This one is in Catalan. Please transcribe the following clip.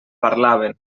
parlaven